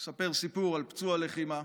מספר סיפור על פצוע לחימה,